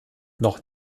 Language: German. noch